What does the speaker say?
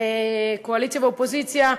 קואליציה ואופוזיציה,